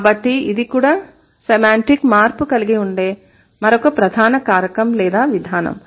కాబట్టి ఇది కూడా సెమాంటిక్ మార్పు కలిగి ఉండే మరొక ప్రధాన కారకం లేదా విధానం